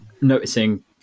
noticing